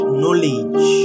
knowledge